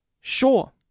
Sure